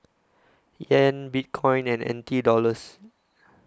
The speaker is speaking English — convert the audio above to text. Yen Bitcoin and N T Dollars